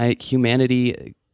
humanity